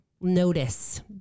Notice